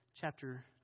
chapter